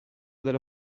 della